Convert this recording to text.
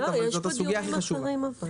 אבל זו הסוגיה הכי חשובה.